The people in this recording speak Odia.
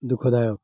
ଦୁଃଖଦାୟକ